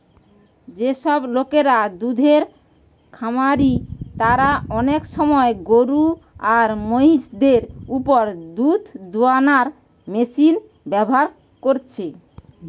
যেসব লোকরা দুধের খামারি তারা অনেক সময় গরু আর মহিষ দের উপর দুধ দুয়ানার মেশিন ব্যাভার কোরছে